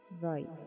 Right